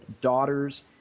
daughters